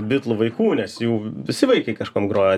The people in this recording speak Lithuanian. bitlų vaikų nes jų visi vaikai kažkuom groja